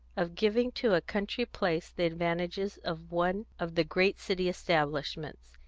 of giving to a country place the advantages of one of the great city establishments,